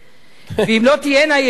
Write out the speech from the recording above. ואם לא תהיינה ישיבות,